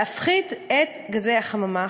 להפחית את גזי החממה.